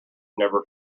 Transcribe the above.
never